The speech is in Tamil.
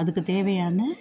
அதுக்குத் தேவையான